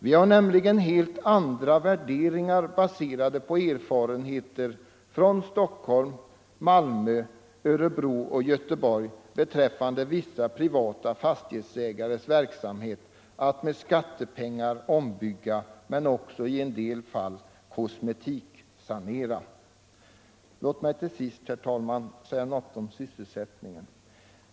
Vi har nämligen helt andra värderingar baserade på erfarenheter från Stockholm, Malmö, Örebro och Göteborg beträffande vissa privata fastighetsägares verksamhet att med skattepengar ombygga men också i en del fall ”kosmetiksanera”. Låt mig till sist, herr talman, säga något om sysselsättningen.